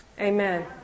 Amen